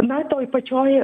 na toj pačioj